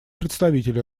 представитель